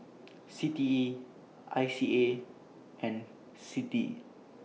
C T E I C A and CITI